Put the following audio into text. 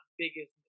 biggest